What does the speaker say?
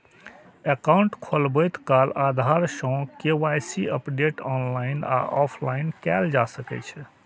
account खोलबैत काल आधार सं के.वाई.सी अपडेट ऑनलाइन आ ऑफलाइन कैल जा सकै छै